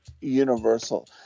universal